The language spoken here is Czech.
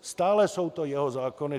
Stále jsou to jeho zákony.